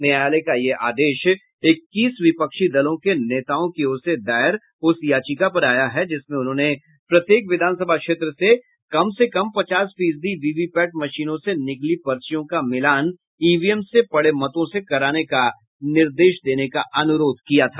न्यायालय का यह आदेश इक्कीस विपक्षी दलों के नेताओं की ओर से दायर उस याचिका पर आया है जिसमें उन्होंने प्रत्येक विधानसभा क्षेत्र से कम से कम पचास फीसदी वीवीपैट मशीनों से निकली पर्चियों का मिलान ईवीएम से पड़े मतों से कराने का निर्देश देने का अनुरोध किया था